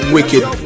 Wicked